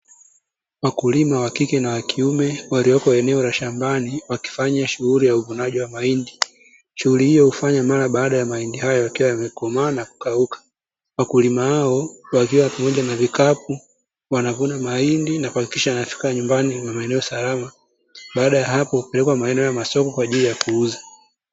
Wakulima wakike na wakiume, walioko eneo la shambani, wakifanya shughuli ya uvunaji wa mahindi, shughuli hiyo hufanywa mara baada ya mahindi hayo yakiwa yamekomaa na kukauka, wakulima hao wakiwa pamoja na vikapu wanavuna mahindi na kuhakikisha yanafika nyumbani maeneo salama, baada ya hapo hupelekwa maeneo ya masoko kwa ajili ya kuuza.